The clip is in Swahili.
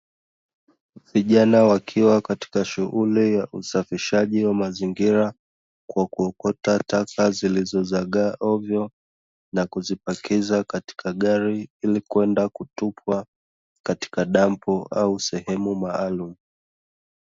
Vijana wakiwa katika shughuli ya usafishaji wa mazingira; kwa kuokota taka zilizozagaa ovyo, na kuzipakiza katika gari ili kwenda kutupwa katika dampo au sehemu maalumu.